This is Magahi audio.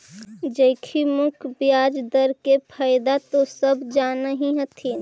जोखिम मुक्त ब्याज दर के फयदा तो सब जान हीं हथिन